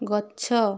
ଗଛ